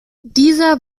dieser